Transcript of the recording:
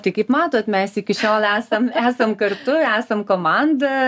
tai kaip matot mes iki šiol esam esam kartu esam komanda